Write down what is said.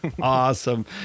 awesome